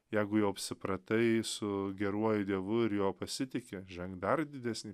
jeigu jau apsipratai su geruoju dievu ir jo pasitiki ženk dar didesnį